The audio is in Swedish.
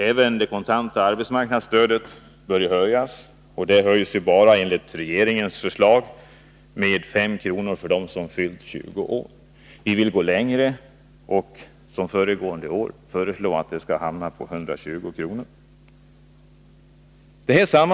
Även det kontanta arbetsmarknadsstödet bör höjas. Enligt regeringens förslag ökas det med 5 kr. för dem som har fyllt 20 år. Vi vill gå längre. I likhet med föregående år vill vi att stödet skall utgå med 120 kr. per dag.